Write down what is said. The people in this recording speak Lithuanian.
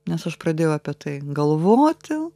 nes aš pradėjau apie tai galvoti